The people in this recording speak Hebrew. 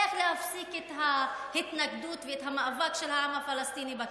איך להפסיק את ההתנגדות ואת המאבק של העם הפלסטיני בכיבוש,